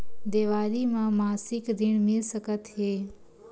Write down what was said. देवारी म मासिक ऋण मिल सकत हे?